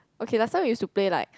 okay last time we used to play like